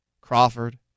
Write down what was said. Crawford